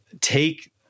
take